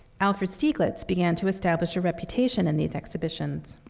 alfred stieglitz began to establish a reputation in these exhibitions.